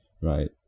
right